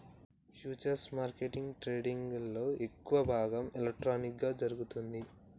futures మార్కెట్ల ట్రేడింగ్లో ఎక్కువ భాగం ఎలక్ట్రానిక్గా జరుగుతాంది